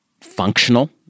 functional